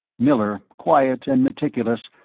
miller, quiet and meticulous,